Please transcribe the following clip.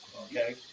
okay